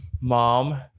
mom